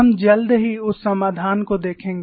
हम जल्द ही उस समाधान को देखेंगे